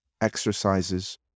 exercises